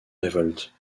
révolte